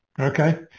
Okay